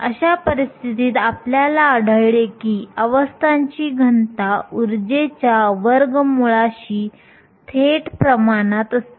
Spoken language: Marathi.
अशा परिस्थितीत आपल्याला आढळले की अवस्थांची घनता ऊर्जेच्या वर्गमूळाशी थेट प्रमाणात असते